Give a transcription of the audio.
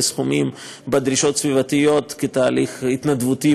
סכומים בדרישות סביבתיות כתהליך התנדבותי,